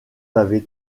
avez